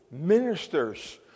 ministers